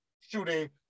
Shooting